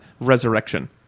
Resurrection